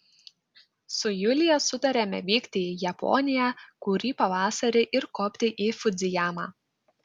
su julija sutarėme vykti į japoniją kurį pavasarį ir kopti į fudzijamą